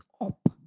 up